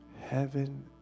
Heaven